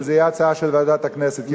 וזו תהיה הצעה של ועדת הכנסת.